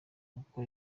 kuko